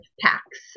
packs